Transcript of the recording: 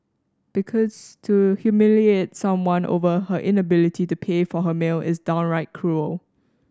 because to humiliate someone over her inability to pay for her meal is downright cruel